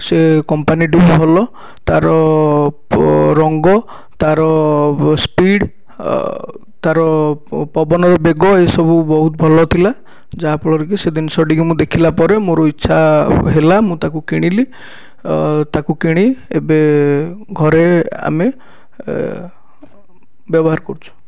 ସେ କମ୍ପାନୀଟି ବି ଭଲ ତାର ରଙ୍ଗ ତାର ସ୍ପିଡ଼ ଆଉ ତାର ପବନର ବେଗ ଏ ସବୁ ବହୁତ ଭଲ ଥିଲା ଯାହାଫଳରେ କି ସେ ଜିନିଷଟିକୁ ମୁଁ ଦେଖିଲା ପରେ ମୋର ଇଛା ହେଲା ମୁଁ ତାକୁ କିଣିଲି ତାକୁ କିଣି ଏବେ ଘରେ ଆମେ ବ୍ୟବହାର କରୁଛୁ